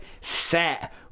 set